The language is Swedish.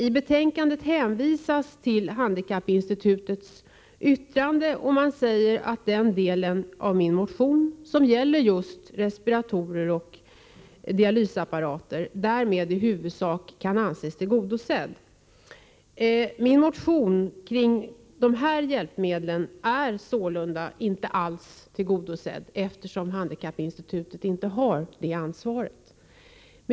I betänkandet hänvisas till handikappinstitutets yttrande, och man säger att den del av min motion som gäller just respiratorer och dialysapparater i huvudsak kan anses tillgodosedd. Min motion i vad gäller dessa hjälpmedel är dock inte alls tillgodosedd, eftersom handikappinstitutet inte har det här ansvaret.